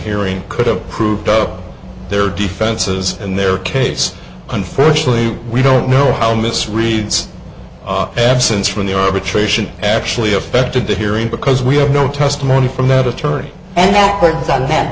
hearing could have proved up their defenses and their case unfortunately we don't know how miss reid's absence from the arbitration actually affected the hearing because we have no testimony from that attorney and that